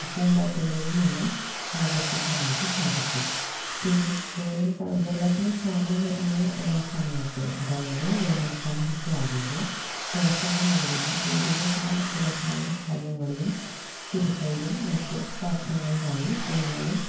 പൂമ്പാറ്റകളെയുമെല്ലാം ആകർഷിക്കാനായിട്ട് സാധിക്കൂ പിന്നെ വേനൽ കാലത്ത് വെള്ളത്തിന് ക്ഷാമം വരുന്ന സമയത്ത് അതായത് വേനൽകാലമൊക്കെ ആകുമ്പോൾ ടെറസിൻ്റെ മുകളിലും വീടിൻ്റെ പല തുറസ്സായ ഭാഗങ്ങളിലും ചിരട്ടയിലും മറ്റ് പാത്രങ്ങളിലായി വെള്ളവും